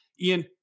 Ian